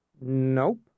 Nope